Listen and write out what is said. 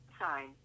sign